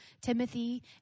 Timothy